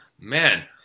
Man